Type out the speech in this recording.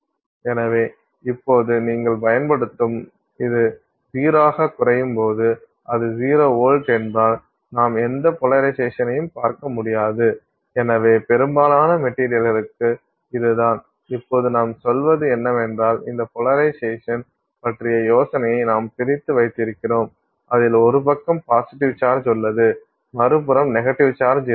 எனவே இப்போது நீங்கள் பயன்படுத்தும் போது இது 0 ஆக குறையும் போது அது 0 வோல்ட் என்றால் நாம் எந்த போலரைசேஷன் ஐயும் பார்க்க முடியாது எனவே பெரும்பாலான மெட்டீரியல்களுக்கு இதுதான் இப்போது நாம் சொல்வது என்னவென்றால் இந்த போலரைசேஷன் பற்றிய யோசனையை நாம் பிரித்து வைத்திருக்கிறோம் அதில் ஒரு பக்கம் பாசிட்டிவ் சார்ஜ் உள்ளது மறுபுறம் நெகட்டிவ் சார்ஜ் இருக்கும்